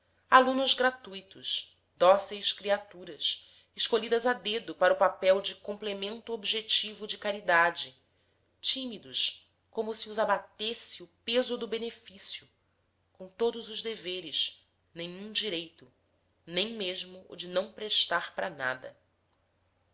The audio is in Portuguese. alunos gratuitos dóceis criaturas escolhidas a dedo para o papel de complemento objetivo de caridade tímidos como se os abatesse o peso do beneficio com todos os deveres nenhum direito nem mesmo o de não prestar para nada